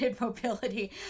mobility